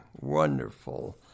wonderful